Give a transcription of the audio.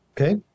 Okay